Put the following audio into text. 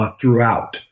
throughout